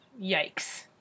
yikes